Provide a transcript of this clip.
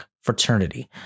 Fraternity